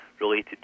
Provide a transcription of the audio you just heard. related